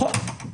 נכון.